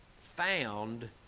found